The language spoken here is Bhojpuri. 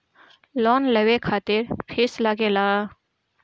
लोन लेवे खातिर फीस लागेला?